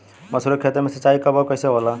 मसुरी के खेती में सिंचाई कब और कैसे होला?